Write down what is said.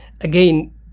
again